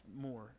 more